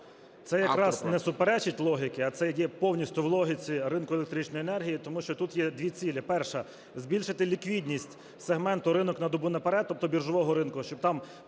Це якраз не суперечить логіці, а це є повністю в логіці ринку електричної енергії, тому що тут є дві цілі: перша – збільшити ліквідність сегменту "ринок на добу наперед", тобто біржового ринку, щоб там